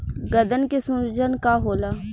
गदन के सूजन का होला?